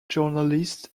journalists